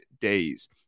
days